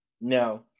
No